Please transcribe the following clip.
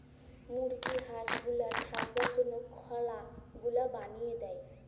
মুরগি হাঁস গুলার থাকবার জনহ খলা গুলা বলিয়ে দেয়